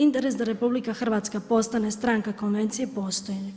Interes da RH postane stranka konvencije postoje.